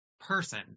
person